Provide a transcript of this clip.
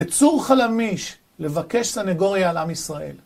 עצור חלמיש לבקש סנגוריה על עם ישראל.